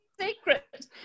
Secret